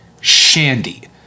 Shandy